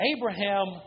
Abraham